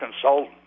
consultant